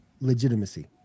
legitimacy